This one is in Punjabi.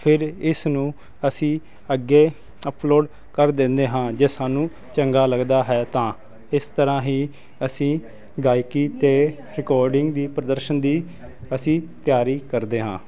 ਫਿਰ ਇਸ ਨੂੰ ਅਸੀਂ ਅੱਗੇ ਅਪਲੋਡ ਕਰ ਦਿੰਦੇ ਹਾਂ ਜੇ ਸਾਨੂੰ ਚੰਗਾ ਲੱਗਦਾ ਹੈ ਤਾਂ ਇਸ ਤਰ੍ਹਾਂ ਹੀ ਅਸੀਂ ਗਾਇਕੀ ਅਤੇ ਰਿਕਾਰਡਿੰਗ ਦੀ ਪ੍ਰਦਰਸ਼ਨ ਦੀ ਅਸੀਂ ਤਿਆਰੀ ਕਰਦੇ ਹਾਂ